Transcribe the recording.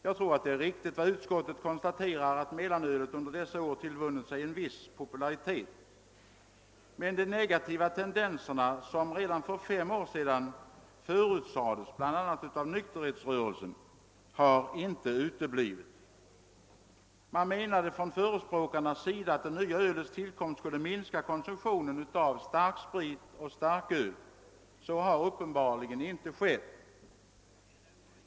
Jag tror att det är riktigt som utskottet konstaterar att mellanölet under dessa år tillvunnit sig en viss popularitet. Men de negativa konsekvenserna, som redan för fem år sedan förutsades bl.a. av nykterhetsrörelsen, har inte uteblivit. Mellanölets förespråkare menade att det nya ölets tillkomst skulle minska konsumtionen av starksprit och starköl. Så har uppenbarligen inte blivit fallet.